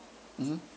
mmhmm